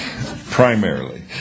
primarily